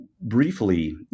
briefly